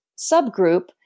subgroup